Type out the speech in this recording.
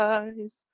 eyes